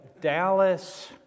Dallas